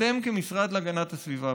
אתם כמשרד להגנת הסביבה,